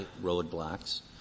roadblocks